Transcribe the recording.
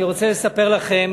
אני רוצה לספר לכם